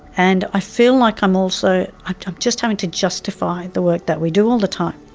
and i feel like i'm also, i'm i'm just having to justify the work that we do all the time.